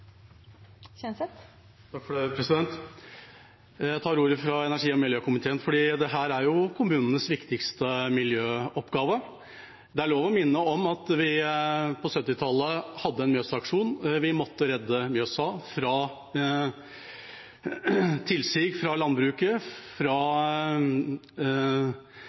kommunenes viktigste miljøoppgave. Det er lov å minne om at vi på 1970-tallet hadde Mjøsaksjonen. Vi måtte redde Mjøsa fra tilsig fra landbruket, fra